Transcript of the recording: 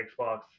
xbox